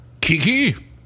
Kiki